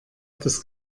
das